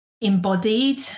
embodied